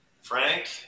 Frank